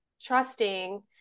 trusting